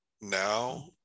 Now